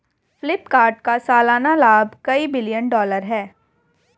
फ्लिपकार्ट का सालाना लाभ कई बिलियन डॉलर है